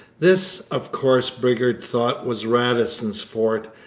this, of course, bridgar thought, was radisson's fort,